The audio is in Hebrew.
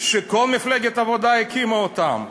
שמפלגת העבודה הקימה אותם,